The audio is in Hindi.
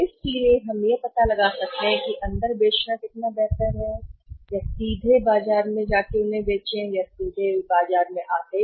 इसलिए हम यह पता लगा सकते हैं कि अंदर बेचना कितना बेहतर है सीधे बाजार में उन्हें सीधे बाजार में आदेश